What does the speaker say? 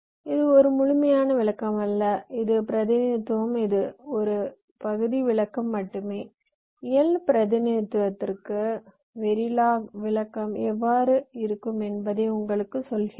இது ஒரு முழுமையான விளக்கம் அல்ல இது பிரதிநிதித்துவம் இது ஒரு பகுதி விளக்கம் மட்டுமே இயல் பிரதிநிதித்துவத்திற்கான வெரிலாக் விளக்கம் எவ்வாறு இருக்கும் என்பதை உங்களுக்குச் சொல்கிறது